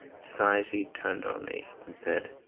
society turned on me and said,